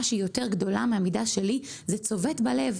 שהיא גדולה יותר מהמידה שלי זה צובט בלב,